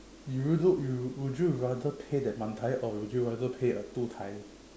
you would you would rather pay that man tai or you would rather pay a two tai